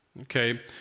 Okay